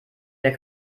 der